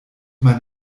mein